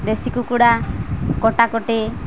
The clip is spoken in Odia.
ଦେଶୀ କୁକୁଡ଼ା କଟା କଟି